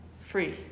free